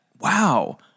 Wow